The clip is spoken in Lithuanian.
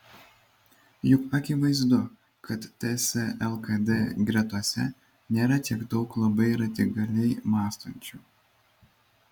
juk akivaizdu kad ts lkd gretose nėra tiek daug labai radikaliai mąstančių